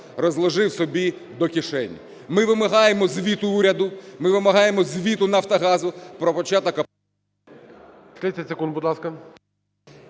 розложив собі до кишені. Ми вимагаємо звіту уряду, ми вимагаємо звіту "Нафтогазу" про початок…